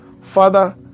Father